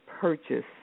purchase